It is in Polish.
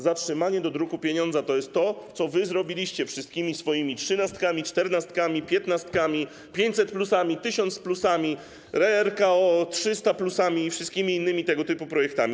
Zatrzymanie dodruku pieniądza to jest to, co wy zrobiliście wszystkimi swoimi trzynastkami, czternastkami, piętnastkami, 500+, 1000+, RKO, 300+ i wszystkimi innymi tego typu projektami.